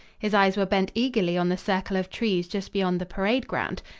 his eyes were bent eagerly on the circle of trees just beyond the parade-ground.